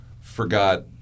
forgot